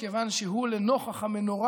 מכיוון שהוא לנוכח המנורה,